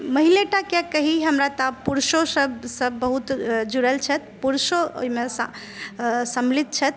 महिले टा किए कही हमरा तऽ आब पुरुषो सॅं बहुत जुड़ल छथि पुरुषो ओहिमे शामिल सम्मिलित छथि